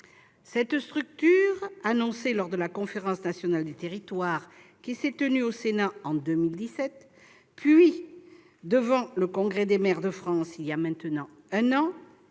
Cette structure, annoncée lors de la Conférence nationale des territoires qui s'est tenue au Sénat en 2017, puis devant le Congrès des maires de France il y a maintenant un an,